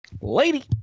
lady